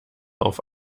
auf